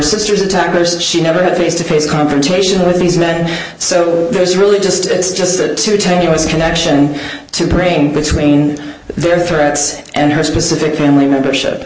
sister's attackers and she never had face to face confrontation with these men so there's really just it's just that to take his connection to brain between their threats and her specific family membership